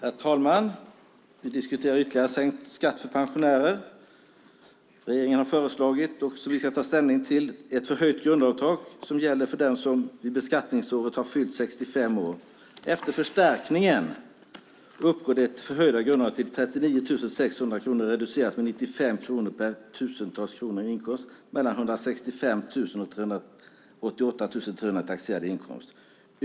Herr talman! Vi diskuterar ytterligare sänkt skatt för pensionärer. Det regeringen har föreslagit och som vi ska ta ställning till är ett förhöjt grundavdrag som gäller för den som vid beskattningsåret har fyllt 65 år. Efter förstärkningen uppgår det förhöjda grundavdraget till 39 600 kronor, reducerat med 95 kronor per tusental kronor i inkomst mellan 165 000 och 388 300 kronor i taxerad inkomst.